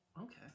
okay